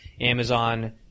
Amazon